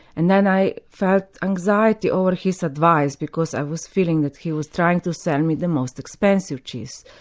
and then i felt anxiety over his advice, because i was feeling that he was trying to sell me the most expensive cheese.